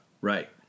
Right